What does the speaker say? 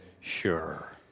sure